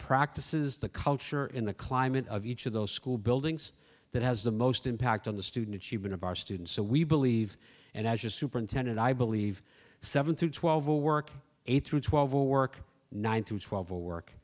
practices the culture in the climate of each of those school buildings that has the most impact on the student achievement of our students so we believe and as a superintendent i believe seven through twelve will work eight through twelve will work nine to twelve will work